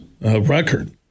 record